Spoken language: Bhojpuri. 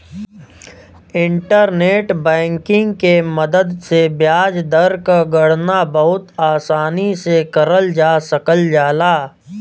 इंटरनेट बैंकिंग के मदद से ब्याज दर क गणना बहुत आसानी से करल जा सकल जाला